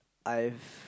I've